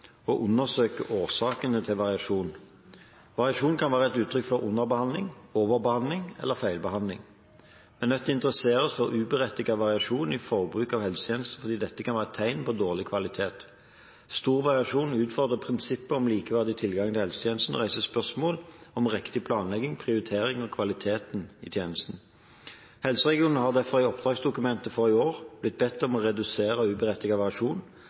undersøke årsakene til variasjon. Variasjon kan være et uttrykk for underbehandling, overbehandling eller feilbehandling. Vi er nødt til å interessere oss for uberettiget variasjon i forbruk av helsetjenester, fordi dette kan være et tegn på dårlig kvalitet. Stor variasjon utfordrer prinsippet om likeverdig tilgang til helsetjenester og reiser spørsmål om riktig planlegging, prioritering og kvaliteten på tjenestene. Helseregionene har derfor i oppdragsdokumentet for i år blitt bedt om å redusere